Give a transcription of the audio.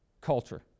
culture